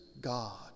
God